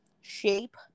shape